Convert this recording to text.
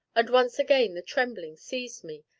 and once again the trembling seized me,